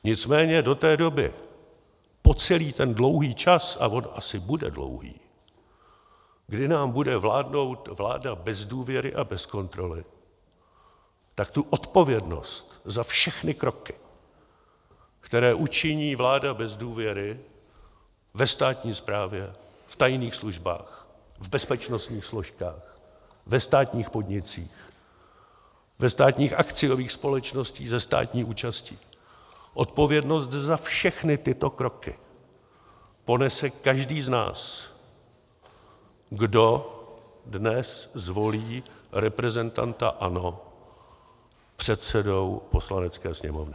Nicméně do té doby, po celý ten dlouhý čas, a on asi bude dlouhý, kdy nám bude vládnout vláda bez důvěry a bez kontroly, tak tu odpovědnost za všechny kroky, které učiní vláda bez důvěry ve státní správě, v tajných službách, v bezpečnostních složkách, ve státních podnicích, ve státních akciových společnostech se státní účastí, odpovědnost za všechny tyto kroky ponese každý z nás, kdo dnes zvolí reprezentanta ANO předsedou Poslanecké sněmovny.